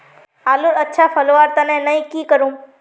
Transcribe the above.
आलूर अच्छा फलवार तने नई की करूम?